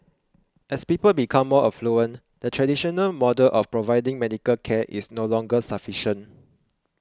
as people become more affluent the traditional model of providing medical care is no longer sufficient